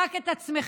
רק את עצמך,